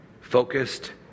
focused